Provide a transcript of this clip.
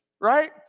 right